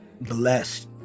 blessed